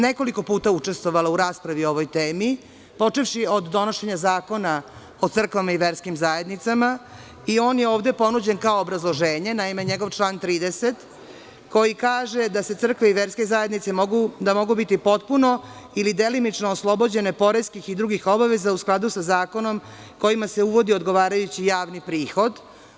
Nekoliko puta sam učestvovala u raspravi o ovoj temi, počevši od donošenja Zakona o crkvama i verskim zajednicama i on je ovde ponuđen kao obrazloženje, naime, njegov član 30, koji kaže da crkve i verske zajednice mogu biti potpuno ili delimično oslobođene poreskih i drugih obaveza, u skladu sa zakonom, kojima se uvodi odgovarajući javni prihod.